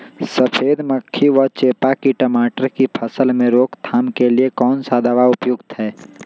सफेद मक्खी व चेपा की टमाटर की फसल में रोकथाम के लिए कौन सा दवा उपयुक्त है?